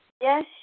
Yes